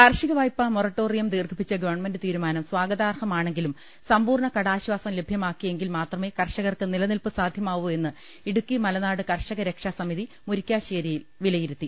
കാർഷിക വായ്പാ മൊറോട്ടോറിയം ദീർഘിപ്പിച്ച ഗ്വൺമെന്റ് തീരുമാനം സ്വാഗതാർഹമാണെങ്കിലും സമ്പൂർണ്ണ കടാശ്വാസം ലഭ്യമാക്കിയെങ്കിൽ മാത്രമേ കർഷകർക്ക് നിലനിൽപ്പ് സാധ്യമാവൂ എന്ന് ഇടുക്കി മലനാട് കർഷകരക്ഷാ സമിതി മുരിക്കാശ്ശേരിയിൽ വിലയിരുത്തി